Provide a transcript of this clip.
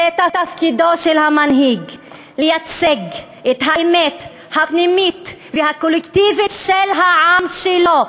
תפקידו של המנהיג לייצג את האמת הפנימית והקולקטיבית של העם שלו,